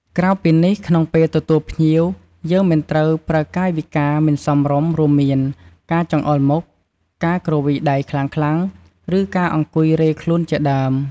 ក្រៅពីនេះក្នុងពេលទទួលភ្ញៀវយើងមិនត្រូវប្រើកាយវិការមិនសមរម្យរួមមាន ការចង្អុលមុខ ការគ្រវីដៃខ្លាំងៗ ឬការអង្គុយរេខ្លួនជាដើម។